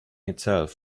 itself